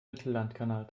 mittellandkanal